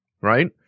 right